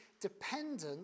dependent